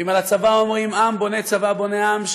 ואם על הצבא אומרים "עם בונה צבא בונה עם",